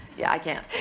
yeah, i can't.